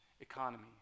economy